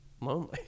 lonely